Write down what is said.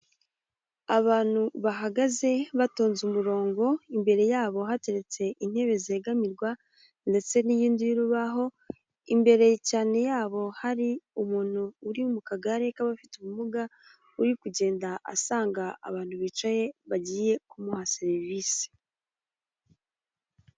Abantu bahagaze batonze umurongo imbere yabo hateretse intebe zegamirwa ndetse n'iyindi y'urubaho, imbere cyane yabo hari umuntu uri mu kagare k'abafite ubumuga uri kugenda asanga abantu bicaye bagiye kumuha serivisi.